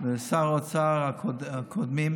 שמישהו משרי האוצר הקודמים,